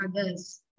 others